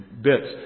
bits